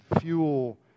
fuel